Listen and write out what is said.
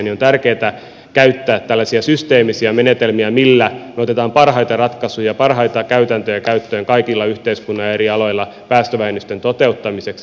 on tärkeätä käyttää tällaisia systeemisiä menetelmiä millä me otamme parhaita ratkaisuja parhaita käytäntöjä käyttöön kaikilla yhteiskunnan eri aloilla päästövähennysten toteuttamiseksi